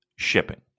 shipping